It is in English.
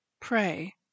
Pray